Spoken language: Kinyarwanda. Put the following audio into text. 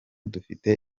dufite